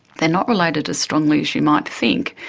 they are not related as strongly as you might think.